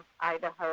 Idaho